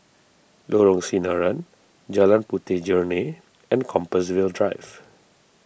Lorong Sinaran Jalan Puteh Jerneh and Compassvale Drive